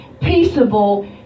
peaceable